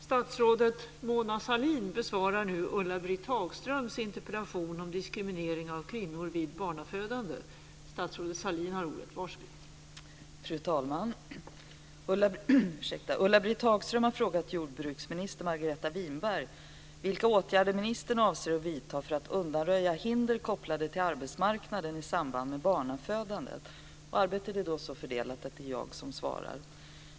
Fru talman! Ulla-Britt Hagström har frågat jordbruksminister Margareta Winberg vilka åtgärder ministern avser att vidta för att undanröja hinder kopplade till arbetsmarknaden i samband med barnafödande. Arbetet inom regeringen är så fördelat att det är jag som ska svara på interpellationen.